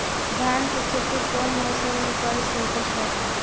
धान के खेती कौन मौसम में करे से उपज बढ़ी?